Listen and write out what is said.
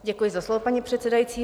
Děkuji za slovo, paní předsedající.